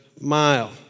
mile